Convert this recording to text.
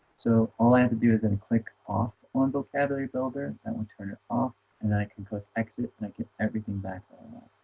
so all i have to do is then click off on vocabulary builder i will turn it off and then i can click exit and i get everything back online